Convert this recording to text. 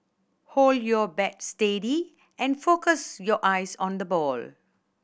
hold your bat steady and focus your eyes on the ball